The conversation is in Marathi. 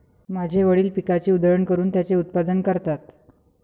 माझे वडील पिकाची उधळण करून त्याचे उत्पादन करतात